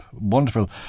wonderful